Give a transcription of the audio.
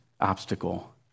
obstacle